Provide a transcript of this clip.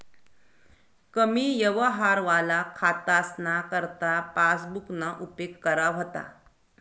कमी यवहारवाला खातासना करता पासबुकना उपेग करा व्हता